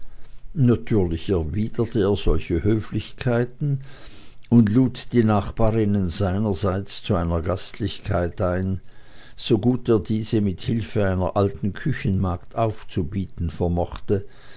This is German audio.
natürlich erwiderte er solche höflichkeiten und lud die nachbarinnen seinerseits zu einer gastlichkeit ein so gut er diese mit hilfe einer alten küchenmagd aufzubieten vermochte